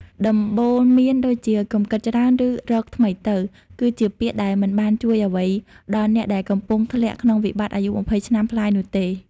ដំបូន្មានដូចជា "កុំគិតច្រើន" ឬ "រកថ្មីទៅ" គឺជាពាក្យដែលមិនបានជួយអ្វីដល់អ្នកដែលកំពុងធ្លាក់ក្នុងវិបត្តិអាយុ២០ឆ្នាំប្លាយនោះទេ។